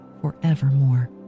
forevermore